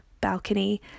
balcony